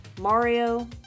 Mario